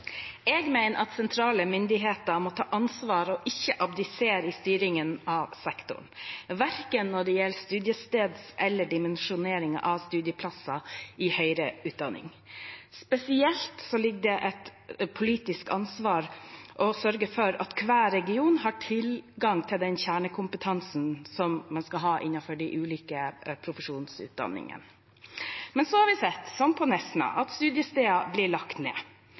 Jeg mener at sentrale myndigheter må ta ansvar og ikke abdisere i styringen av sektoren, verken når det gjelder studiested eller dimensjoneringen av studieplasser i høyere utdanning. Spesielt er det et politisk ansvar å sørge for at hver region har tilgang til den kjernekompetansen som man skal ha innenfor de ulike profesjonsutdanningene. Men så har vi sett, som på Nesna, at studiesteder blir lagt ned.